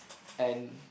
and